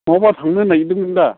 बहाबा थांनो नागिरदोंमोन दा